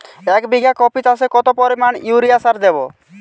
এক বিঘা কপি চাষে কত পরিমাণ ইউরিয়া সার দেবো?